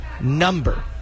number